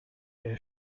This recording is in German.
der